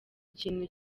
ikintu